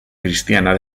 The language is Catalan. cristiana